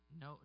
No